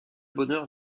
bonheur